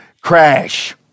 Crash